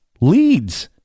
leads